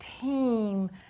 team